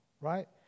right